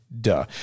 Duh